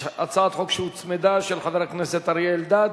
יש הצעת חוק שהוצמדה על שם חבר הכנסת אריה אלדד.